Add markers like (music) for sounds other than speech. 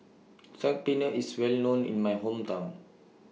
(noise) Saag Paneer IS Well known in My Hometown